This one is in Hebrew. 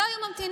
לא היו ממתינים.